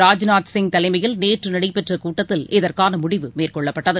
ராஜ்நாத் சிங் தலைமையில் நேற்று நடைபெற்ற கூட்டத்தில் இதற்கான முடிவு மேற்கொள்ளப்பட்டது